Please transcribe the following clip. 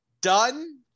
done